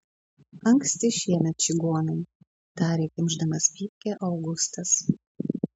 anksti šiemet čigonai tarė kimšdamas pypkę augustas